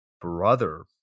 brother